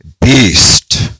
beast